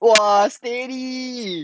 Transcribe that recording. !wah! steady